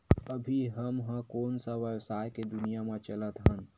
अभी हम ह कोन सा व्यवसाय के दुनिया म चलत हन?